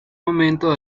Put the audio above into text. momento